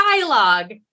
dialogue